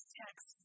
text